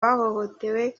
bahohotewe